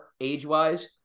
age-wise